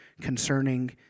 concerning